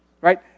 Right